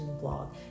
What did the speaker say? blog